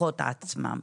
בכוחות עצמם.